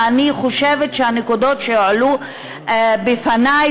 ואני חושבת שהנקודות שהועלו בפני,